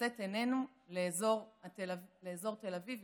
ולשאת עינינו לאזור תל אביב,